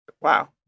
Wow